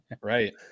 Right